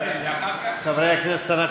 חברי הכנסת,